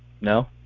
no